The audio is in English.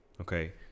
okay